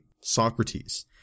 Socrates